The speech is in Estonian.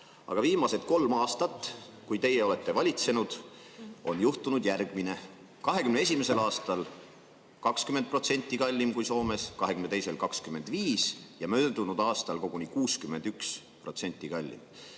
Aga viimased kolm aastat, kui teie olete valitsenud, on juhtunud järgmine: 2021. aastal oli see 20% kallim kui Soomes, 2022. aastal 25% ja möödunud aastal koguni 61% kallim.